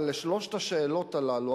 אבל על שלוש השאלות הללו,